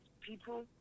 people